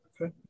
Okay